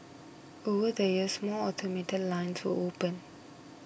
over the years more automated line to open